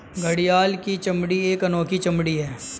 घड़ियाल की चमड़ी एक अनोखी चमड़ी है